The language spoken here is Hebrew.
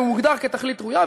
הוא מוגדר כתכלית ראויה.